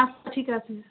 আচ্ছা ঠিক আছে